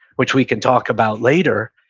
which we can talk about later,